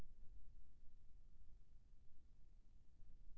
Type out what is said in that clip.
KCC मा एकड़ मा कतक हजार पैसा मिलेल?